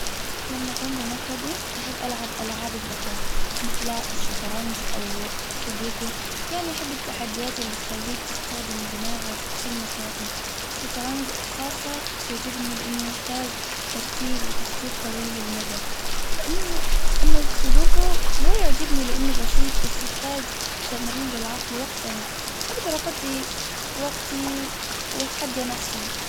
لما أكون بمفردي أحب العب العاب الذكاء مثل الشطرنج أو سدوكو يعني يحب التحديات اللي تخليك تستخدم دماغك وتحل مسائل شطرنج خاصة تعجبني لانه يحتاج تركيز وتخطيط طويل المدى لأن أما السدوكو فهو يعجبني لأنه بسيط بس يحتاج تمرين للعقل وقتها. أقدر أقضي وقتي وأتحدى نفسي.